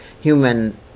human